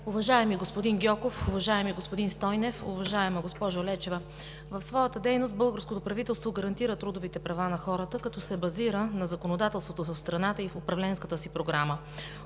Уважаеми господин Гьоков, уважаеми господин Стойнев, уважаема госпожо Лечева, в своята дейност българското правителство гарантира трудовите права на хората, като се базира на законодателството в страната и в управленската си програма.